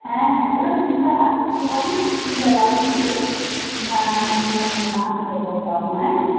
ᱦᱮᱸ ᱦᱮᱸ ᱟᱞᱚᱢ ᱪᱤᱱᱛᱟᱹᱜᱼᱟ ᱴᱷᱤᱠᱚ ᱟᱦᱟᱸᱜ ᱤᱧ ᱪᱟᱞᱟᱣ ᱞᱮᱱᱜᱮ ᱤᱧ ᱦᱟᱸᱜ ᱚᱱᱟ ᱦᱟᱜ ᱤᱧ ᱵᱮᱵᱚᱥᱛᱟ ᱟᱢᱟ ᱦᱮᱸ